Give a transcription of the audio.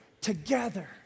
together